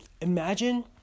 imagine